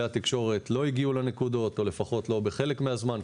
כלי התקשורת לא הגיעו לנקודות או לפחות לא בחלק מהזמן.